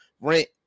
rent